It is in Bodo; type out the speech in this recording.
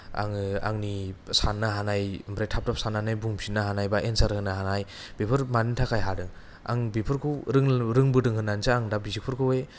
आङो आंनि सान्नो हानाय ओमफ्राय थाब थाब सान्नानै बुंफिन्नो हानाय बा एन्सार होनो हानाय बेफोर मानि थाखाय हादों आं बेफोरखौ रोंबोदों होन्नानैसो आं दा बेफोरखौहाय